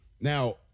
Now